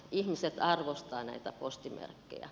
ihmiset arvostavat näitä postimerkkejä